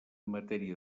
matèria